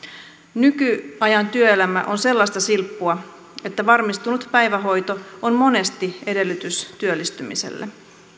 nykyajan työelämä on sellaista silppua että varmistunut päivähoito on monesti edellytys työllistymiselle